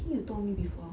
I think you told me before